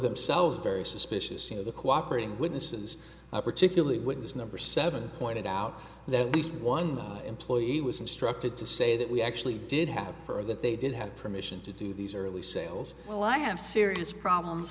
themselves very suspicious of the cooperating witnesses particularly witness number seven pointed out that least one employee was instructed to say that we actually did have for that they did have permission to do these early sales well i have serious problems